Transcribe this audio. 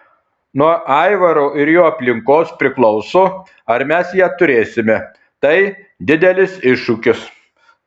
nuo aivaro ir jo aplinkos priklauso ar mes ją turėsime tai didelis iššūkis